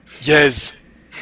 Yes